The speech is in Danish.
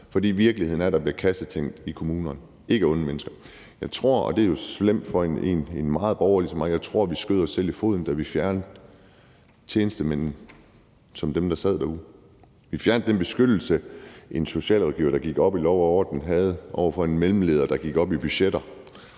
Virkeligheden er, at der bliver kassetænkt i kommunerne. Det er ikke onde mennesker. Jeg tror – og det er jo slemt for en som mig, der er meget borgerlig – at vi skød os selv i foden, da vi fjernede tjenestemændene derude. Vi fjernede den beskyttelse, som socialrådgivere, der gik op i lov og orden, havde over for mellemledere, der gik op i budgetter,